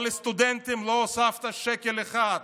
אבל לסטודנטים לא הוספת שקל אחד,